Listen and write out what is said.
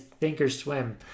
Thinkorswim